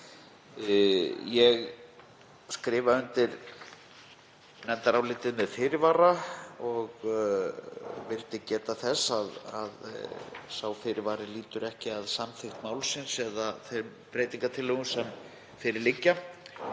Ég skrifa undir nefndarálitið með fyrirvara og ég vildi geta þess að sá fyrirvari lýtur ekki að samþykkt málsins eða þeim breytingartillögum sem fyrir liggja.